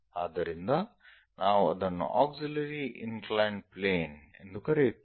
ಆದ್ದರಿಂದ ನಾವು ಅದನ್ನು ಆಕ್ಸಿಲರಿ ಇನ್ಕ್ಲೈನ್ಡ್ ಪ್ಲೇನ್ ಎಂದು ಕರೆಯುತ್ತೇವೆ